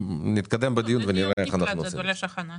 נתקדם בדיון ונראה איך אנחנו עושים את זה.